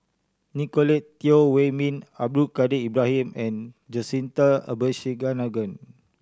Nicolette Teo Wei Min Abdul Kadir Ibrahim and Jacintha Abisheganaden